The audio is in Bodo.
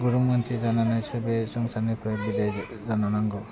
गोरों मानसि जानानैसो बे संसारनिफ्राय बिदाय जानो नांगौ